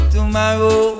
Tomorrow